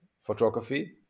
photography